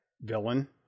villain